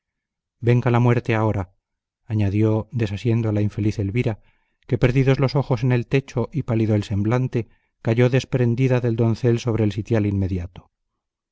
venga la muerte ahora añadió desasiendo a la infeliz elvira que perdidos los ojos en el techo y pálido el semblante cayó desprendida del doncel sobre el sitial inmediato